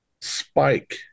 spike